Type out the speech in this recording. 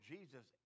Jesus